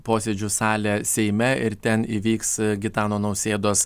posėdžių salę seime ir ten įvyks gitano nausėdos